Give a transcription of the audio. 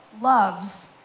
loves